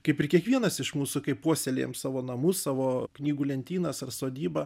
kaip ir kiekvienas iš mūsų kai puoselėjam savo namus savo knygų lentynas ar sodybą